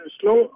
slow